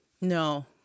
No